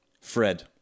Fred